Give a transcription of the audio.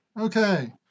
Okay